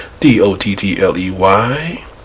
D-O-T-T-L-E-Y